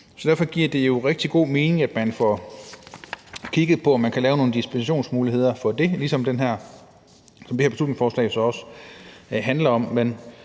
derfor giver det rigtig god mening, at man får kigget på, om man kan lave nogle dispensationsmuligheder i forhold til det, som også er det, som det her beslutningsforslag handler om.